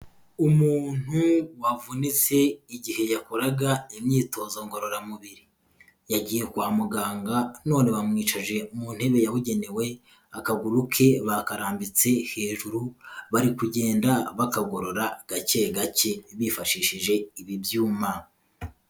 Umuntu wavunitse igihe yakoraga imyitozo ngororamubiri, yagiye kwa muganga none bamwicaje mu ntebe yabugenewe, akaguru ke bakarambitse hejuru, bari kugenda bakagorora gake gake bifashishije ibi ibyuma.